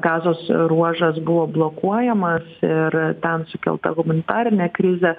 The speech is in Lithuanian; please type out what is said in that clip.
gazos ruožas buvo blokuojamas ir ten sukelta humanitarinė krizė